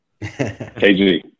KG